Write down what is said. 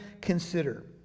consider